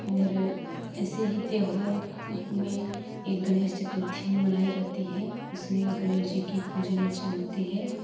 और ऐसे ही त्योहार में एक गणेश चतुर्थी भी मनाई जाती है उसमें गणेश जी की पूजन अर्चना होती है